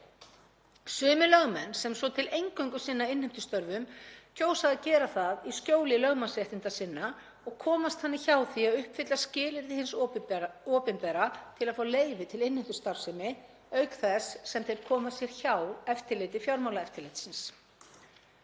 Sumir lögmenn sem svo til eingöngu sinna innheimtustörfum kjósa að gera það í skjóli lögmannsréttinda sinna og komast þannig hjá því að uppfylla skilyrði hins opinbera til að fá leyfi til innheimtustarfsemi, auk þess sem þeir koma sér hjá eftirliti Fjármálaeftirlitsins.